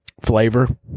flavor